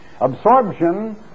Absorption